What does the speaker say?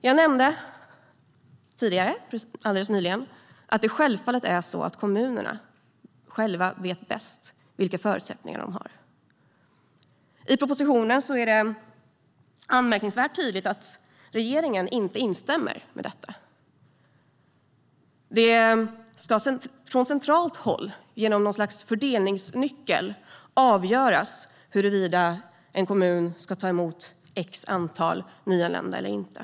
Jag nämnde alldeles nyss att kommunerna självfallet vet bäst själva vilka förutsättningar de har. I propositionen är det anmärkningsvärt tydligt att regeringen inte instämmer i detta. Det ska från centralt håll genom något slags fördelningsnyckel avgöras huruvida en kommun ska ta emot ett visst antal nyanlända eller inte.